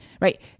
right